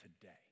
today